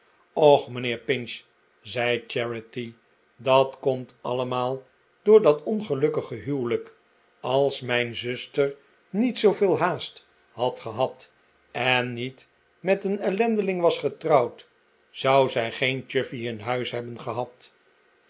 och mijnheer pinch zei charity dat komt allemaal door dat ongelukkige huwelijk als mijn zuster niet zooveel haast had gehad en niet met een ellendeling was getrouwd zou zij geen chuffey in huis hebben gehad